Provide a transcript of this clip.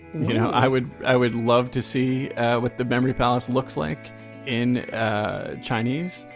you know, i would i would love to see what the memory palace looks like in ah chinese,